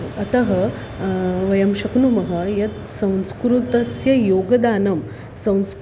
अतः वयं शक्नुमः यत् संस्कृतस्य योगदानं संस्